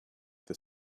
the